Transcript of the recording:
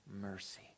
mercy